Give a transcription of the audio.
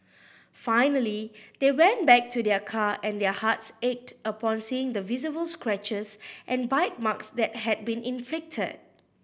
finally they went back to their car and their hearts ached upon seeing the visible scratches and bite marks that had been inflicted